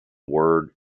word